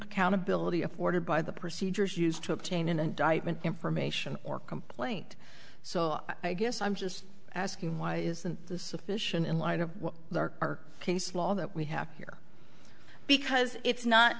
accountability afforded by the procedures used to obtain an indictment information or complaint so i guess i'm just asking why isn't the sufficient in light of our case law that we have here because it's not